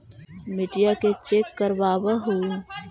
मिट्टीया के चेक करबाबहू?